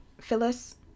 Phyllis